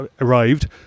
arrived